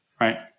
right